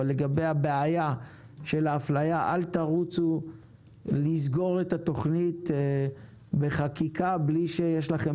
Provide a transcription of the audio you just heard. אבל לגבי הבעיה של ההפליה אל תרוצו לסגור את התוכנית בחקיקה בלי שיש לכם